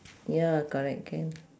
ya correct can